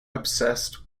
obsessed